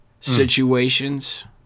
situations